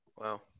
Wow